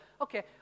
okay